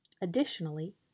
Additionally